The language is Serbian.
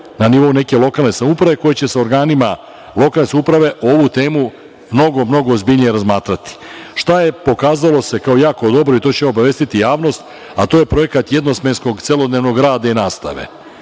na nivou neke lokalne samouprave koje će sa organima lokalne samouprave ovu temu mnogo ozbiljnije razmatrati. Šta je, pokazalo se kao jako dobro i to ćemo obavestiti javnost, a to je projekat jednosmenskog celodnevnog rada i nastave.